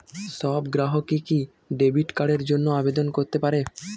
সব গ্রাহকই কি ডেবিট কার্ডের জন্য আবেদন করতে পারে?